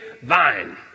vine